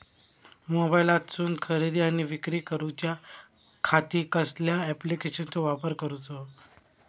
मोबाईलातसून खरेदी आणि विक्री करूच्या खाती कसल्या ॲप्लिकेशनाचो वापर करूचो?